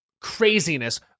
craziness